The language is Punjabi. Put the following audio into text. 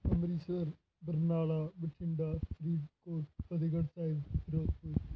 ਅੰਮ੍ਰਿਤਸਰ ਬਰਨਾਲਾ ਬਠਿੰਡਾ ਫਰੀਦਕੋਟ ਫਤਿਹਗੜ੍ਹ ਸਾਹਿਬ ਫਿਰੋਜ਼ਪੁਰ